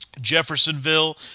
Jeffersonville